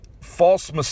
false